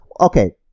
okay